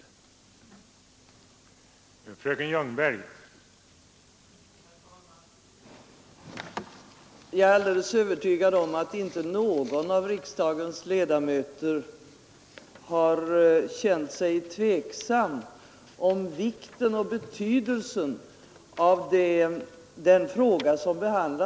Jag yrkar bifall till utskottets hemställan.